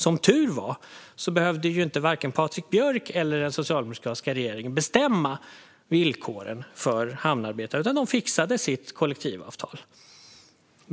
Som tur var behövde varken Patrik Björck eller den socialdemokratiska regeringen bestämma villkoren för hamnarbetarna, utan de fixade sitt kollektivavtal.